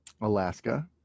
alaska